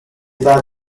that